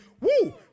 Woo